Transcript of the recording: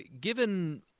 given